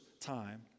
time